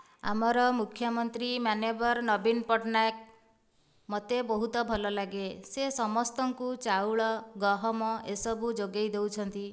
ଆମର ମୁଖ୍ୟମନ୍ତ୍ରୀ ମାନ୍ୟବର ନବୀନ ପଟ୍ଟନାୟକ ମତେ ବହୁତ ଭଲ ଲାଗେ ସେ ସମସ୍ତଙ୍କୁ ଚାଉଳ ଗହମ ଏସବୁ ଯୋଗାଇ ଦେଉଛନ୍ତି